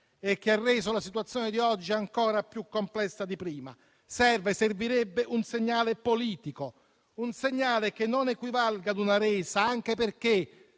e che ha reso la situazione di oggi ancora più complessa di prima. Servirebbe un segnale politico, un segnale che non equivalga ad una resa, anche perché